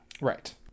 Right